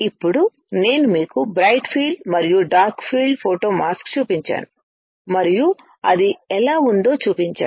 ఇప్పుడు నేను మీకు బ్రైట్ ఫీల్డ్ మరియు డార్క్ ఫీల్డ్ ఫోటో మాస్క్ చూపించాను మరియు అది ఎలా ఉందో చూపించాను